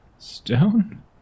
Stone